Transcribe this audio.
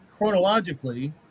Chronologically